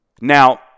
Now